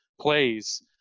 plays